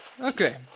Okay